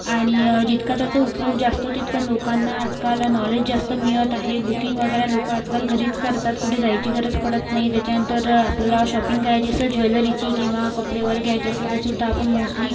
आणि जितका त्याचा उपयोग जास्त तितकं लोकांना आजकाल नॉलेज जास्त मिळत आहे बुकिंग वगैरे लोकं आजकाल घरीच करतात कुठे जायची गरज पडत नाही त्याच्यानंतर आपल्याला शॉपिंग करायची असेल ज्वेलरीची किंवा कपडे वगैरे घ्यायचे असेल तरीसुद्धा आपण मोस्टली